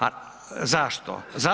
A zašto?